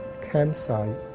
campsite